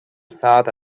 thought